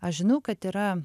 aš žinau kad yra